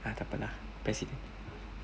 ah takpe lah president